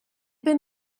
been